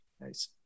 Nice